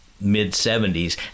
mid-70s